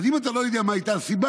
אז אם אתה לא ידוע מה הייתה הסיבה,